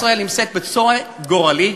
מדינת ישראל נמצאת בצומת גורלי,